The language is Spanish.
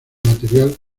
material